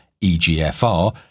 EGFR